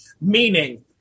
meaning